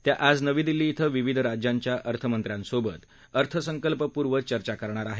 त्या आज नवी दिल्ली इथं विविध राज्यांच्या अर्थमंत्र्यांसोबत अर्थसंकल्पपूर्व चर्चा करणार आहेत